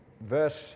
Verse